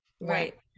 right